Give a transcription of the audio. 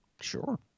Sure